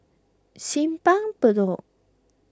Simpang Bedok